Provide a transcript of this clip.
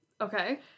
Okay